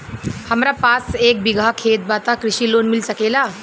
हमरा पास एक बिगहा खेत बा त कृषि लोन मिल सकेला?